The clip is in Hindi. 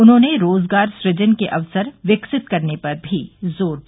उन्होंने रोजगार सृजन के अवसर विकसित करने पर भी जोर दिया